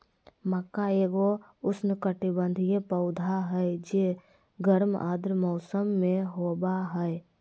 मक्का एगो उष्णकटिबंधीय पौधा हइ जे गर्म आर्द्र मौसम में होबा हइ